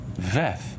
Veth